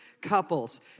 couples